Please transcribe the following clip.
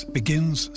begins